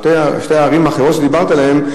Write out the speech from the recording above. שתי הערים האחרות שדיברת עליהן,